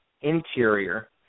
interior